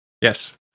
Yes